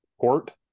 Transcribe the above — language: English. Port